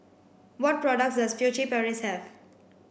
what products does Furtere Paris have